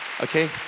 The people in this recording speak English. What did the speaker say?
Okay